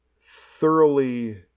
thoroughly